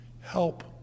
help